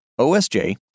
OSJ